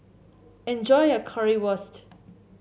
enjoy your Currywurst